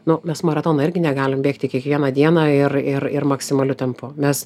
nu mes maratono irgi negalim bėgti kiekvieną dieną ir ir ir maksimaliu tempu mes